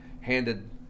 handed